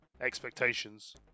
expectations